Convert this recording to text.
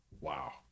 Wow